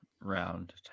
round